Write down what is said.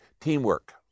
teamwork